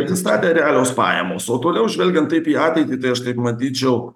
egzistavę realios pajamos o toliau žvelgiant taip į ateitį tai aš taip matyčiau